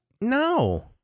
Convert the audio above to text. No